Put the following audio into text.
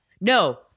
no